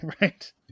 Right